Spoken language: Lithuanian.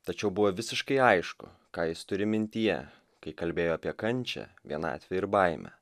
tačiau buvo visiškai aišku ką jis turi mintyje kai kalbėjo apie kančią vienatvę ir baimę